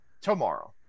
tomorrow